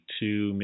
two